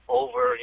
over